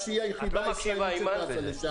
הנה, עופר פה ויוכל לענות.